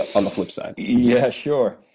on the flip side? yeah sure,